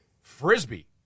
frisbee